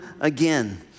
again